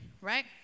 Right